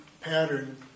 pattern